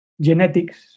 genetics